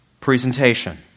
presentation